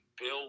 Bill